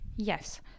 Yes